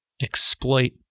exploit